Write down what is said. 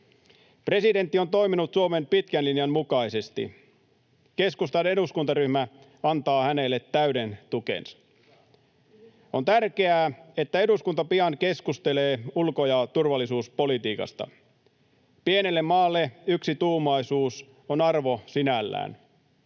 Presidentti on toiminut Suomen pitkän linjan mukaisesti. Keskustan eduskuntaryhmä antaa hänelle täyden tukensa. On tärkeää, että eduskunta pian keskustelee ulko- ja turvallisuuspolitiikasta. Pienelle maalle yksituumaisuus on arvo sinällään.